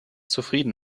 zufrieden